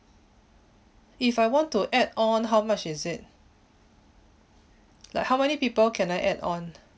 if I want to add on how much is it like how many people can I add on